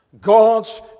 God's